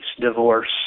divorce